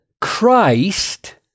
Christ